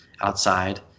outside